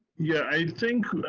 yeah, i think,